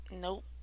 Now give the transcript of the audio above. Nope